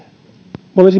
olisi